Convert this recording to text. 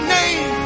name